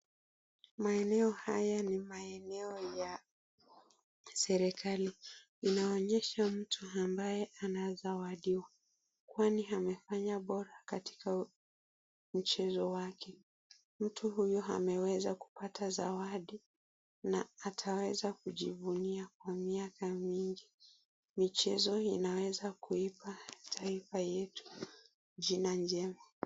Maeneo haya ni maeneo ya serikali. Inaonyesha mtu ambaye anazawadiwa kwani amefanya bora katika mchezo wake. Mtu huyo ameweza kupata zawadi na ataweza kujivunia kwa miaka mingi. Michezo inaweza kuipa taifa yetu jina njema.